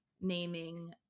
naming